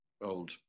old